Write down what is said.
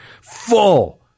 full